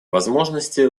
возможности